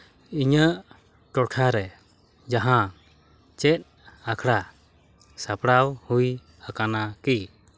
ᱤᱧᱟᱹᱜ ᱴᱚᱴᱷᱟ ᱨᱮ ᱡᱟᱦᱟᱱ ᱪᱮᱫ ᱟᱠᱷᱲᱟ ᱥᱟᱯᱲᱟᱣ ᱦᱩᱭ ᱟᱠᱟᱱᱟ ᱠᱤ